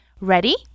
Ready